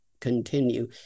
continue